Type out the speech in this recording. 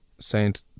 Saint